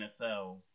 NFL